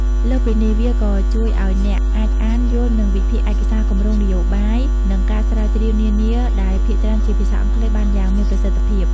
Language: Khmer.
លើសពីនេះ វាក៏ជួយឱ្យអ្នកអាច អាន យល់ និងវិភាគឯកសារគម្រោងរបាយការណ៍ និងការស្រាវជ្រាវនានា ដែលភាគច្រើនជាភាសាអង់គ្លេសបានយ៉ាងមានប្រសិទ្ធភាព។